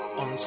on